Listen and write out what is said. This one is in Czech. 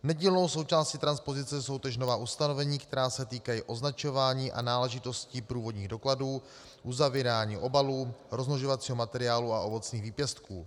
Nedílnou součástí transpozice jsou též nová ustanovení, která se týkají označování a náležitostí průvodních dokladů, uzavírání obalů, rozmnožovacího materiálu a ovocných výpěstků.